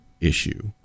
issue